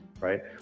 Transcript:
right